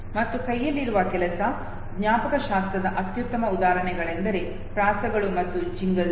ಮತ್ತು ಕೈಯಲ್ಲಿರುವ ಕೆಲಸ ಜ್ಞಾಪಕಶಾಸ್ತ್ರದ ಅತ್ಯುತ್ತಮ ಉದಾಹರಣೆಗಳೆಂದರೆ ಪ್ರಾಸಗಳು ಮತ್ತು ಜಿಂಗಲ್ಸ್